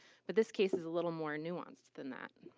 but this case is a little more nuanced than that.